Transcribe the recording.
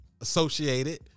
associated